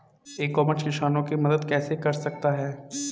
ई commerce किसानों की मदद कैसे कर सकता है?